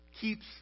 keeps